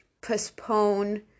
postpone